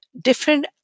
different